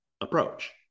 approach